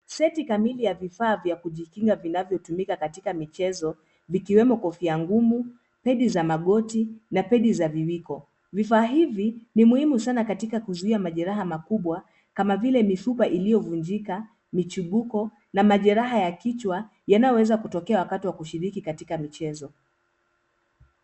Seti kamili ya vifaa vya kujikinga vinavyotumika katika michezo vikiwemo kofia ngumu, pedi za magoti na pedi za viwiko. Vifaa hivi ni muhimu sana katika kuzuia majeraha makubwa kama vile mifupa iliyovunjika, michubuko na majeraha ya kichwa yanayoweza kutokea wakati wa kushiriki katika michezo.